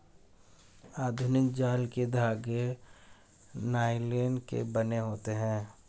आधुनिक जाल के धागे नायलोन के बने होते हैं